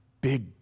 Big